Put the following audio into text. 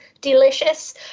delicious